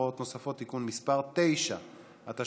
לארבעה